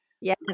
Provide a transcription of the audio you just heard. Yes